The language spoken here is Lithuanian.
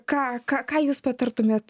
ką ką ką jūs patartumėt